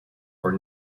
for